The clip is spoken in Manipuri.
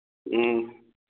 ꯎꯝ